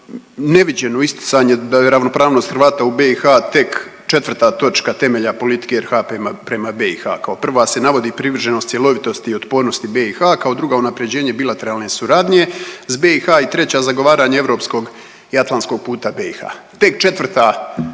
neviđeno isticanje da je ravnopravnost Hrvata u BiH tek 4. točka temelja politika RH prema BiH, kao prva se navodi privrženost, cjelovitost i otpornosti BiH, kao druga unaprjeđenje bilateralne suradnje s BiH i 3. zagovaranje europskog i atlantskog puta BiH. Tek 4.